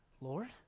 Lord